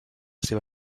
seva